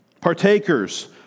Partakers